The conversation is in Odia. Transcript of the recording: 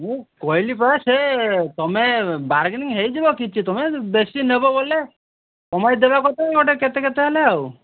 ମୁଁ କହିଲି ପା ସେ ତୁମେ ବାର୍ଗିନିଂ ହେଇଯିବ କିଛି ତମେ ବେଶୀ ନେବ ବୋଲେ କମାଇ ଦବା କଥା ଗୋଟେ କେତେ କେତେ ହେଲେ ଆଉ